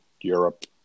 Europe